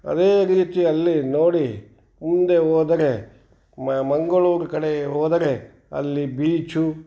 ಅದೇ ರೀತಿಯಲ್ಲಿ ನೋಡಿ ಮುಂದೆ ಹೋದರೆ ಮಂಗಳೂರು ಕಡೆ ಹೋದರೆ ಅಲ್ಲಿ ಬೀಚು